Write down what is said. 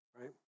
right